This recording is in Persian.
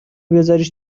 بزاریش